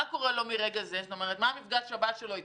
מה המפגש הבא שלו אתכם?